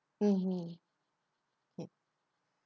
mmhmm ya